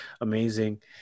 amazing